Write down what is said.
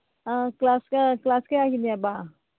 ꯑꯥ class ꯀꯌꯥꯒꯤꯅꯦꯕ